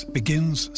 begins